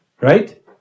Right